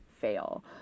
fail